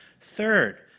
Third